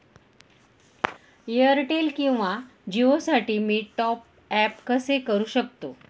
Airtel किंवा जिओसाठी मी टॉप ॲप कसे करु शकतो?